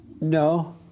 No